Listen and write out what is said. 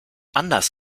anders